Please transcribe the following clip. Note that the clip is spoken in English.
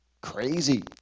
Crazy